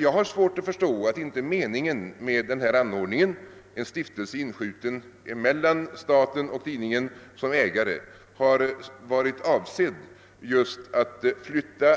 Jag har svårt att förstå att inte meningen med denna anordning — en stiftelse inskjuten som ägare mellan staten och tidningen — har varit att just flytta